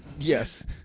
Yes